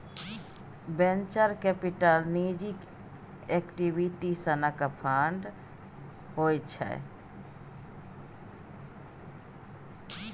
venture capital निजी equity सनक fund होइ छै